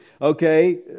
okay